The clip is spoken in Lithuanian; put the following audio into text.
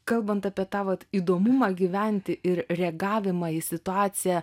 kalbant apie tą vat įdomumą gyventi ir reagavimą į situaciją